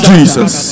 Jesus